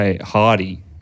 Hardy